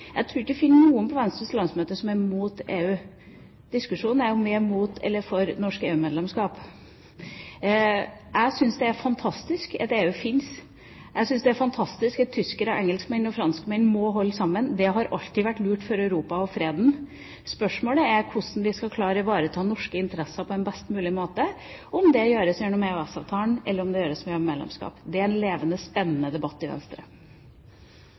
Jeg tror ikke man finner noen på Venstres landsmøte som er imot EU. Diskusjonen går på om vi er imot eller for norsk EU-medlemskap. Jeg syns det er fantastisk at EU fins. Jeg syns det er fantastisk at tyskere, engelskmenn og franskmenn må holde sammen. Det har alltid vært lurt for Europa og freden. Spørsmålet er hvordan vi skal klare å ivareta norske interesser på en best mulig måte – om det gjøres gjennom EØS-avtalen, eller om det gjøres gjennom medlemskap. Det er en levende, spennende debatt i Venstre.